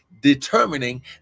determining